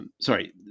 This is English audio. Sorry